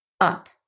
up